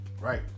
Right